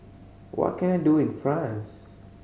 what can I do in France